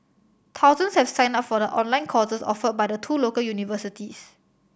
thousands have signed up for the online courses offered by the two local universities